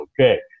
okay